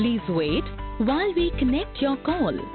please wait will we connect your call